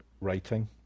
writing